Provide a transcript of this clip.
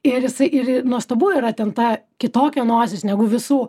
ir jisai ir nuostabu yra ten ta kitokia nosis negu visų